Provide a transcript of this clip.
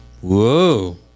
Whoa